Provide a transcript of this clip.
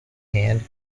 and